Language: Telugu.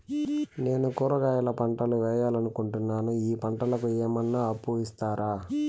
నేను కూరగాయల పంటలు వేయాలనుకుంటున్నాను, ఈ పంటలకు ఏమన్నా అప్పు ఇస్తారా?